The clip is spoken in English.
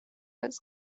was